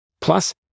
Plus